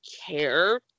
care